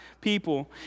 people